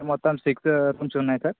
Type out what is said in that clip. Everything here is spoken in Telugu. మొత్తం సిక్స్ కొంచం ఉన్నాయి సార్